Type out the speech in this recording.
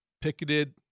picketed-